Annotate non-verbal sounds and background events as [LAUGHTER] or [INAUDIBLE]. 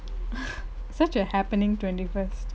[LAUGHS] such a happening twenty first